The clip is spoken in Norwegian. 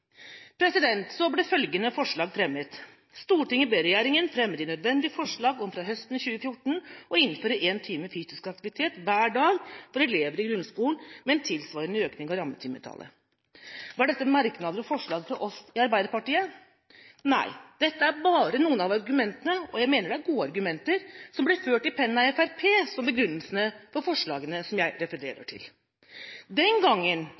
mobbing. Så ble følgende forslag fremmet: «Stortinget ber regjeringen fremme de nødvendige forslag om fra høsten 2014 å innføre én time fysisk aktivitet hver dag for elever i grunnskolen, med en tilsvarende økning av rammetimetallet.» Var dette merknader og forslag fra oss i Arbeiderpartiet? Nei, dette er bare noen av de argumentene – og jeg mener det er gode argumenter – som ble ført i pennen av Fremskrittspartiet som begrunnelse for forslaget jeg refererte til. Den gangen,